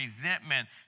resentment